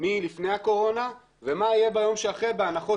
מלפני הקורונה ומה יהיה ביום שאחרי הקורונה בהנחות